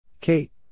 Kate